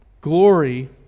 Glory